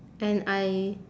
and I